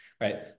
right